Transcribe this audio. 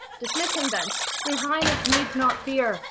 dismiss him thence your highness needs not fear,